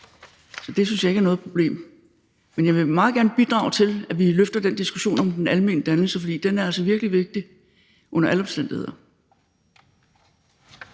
så det synes jeg ikke er noget problem. Men jeg vil meget gerne bidrage til, at vi løfter den diskussion om den almene dannelse, for den er altså virkelig vigtig under alle omstændigheder.